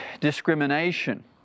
discrimination